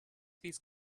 these